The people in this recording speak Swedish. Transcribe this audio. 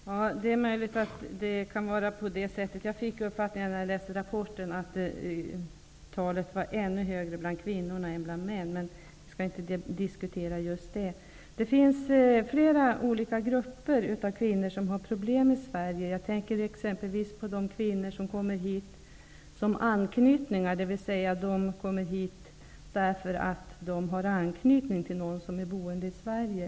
Herr talman! Det är möjligt att det kan vara på det sättet. När jag läste rapporten, fick jag uppfattningen att antalet var ännu större bland kvinnor än bland män. Men vi skall inte diskutera just den saken. Det finns flera olika grupper av kvinnor i Sverige som har problem. Jag tänker t.ex. på de kvinnor som kommer hit såsom anknytningar, dvs. därför att de har anknytning till någon som bor i Sverige.